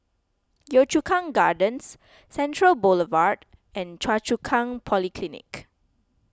Yio Chu Kang Gardens Central Boulevard and Choa Chu Kang Polyclinic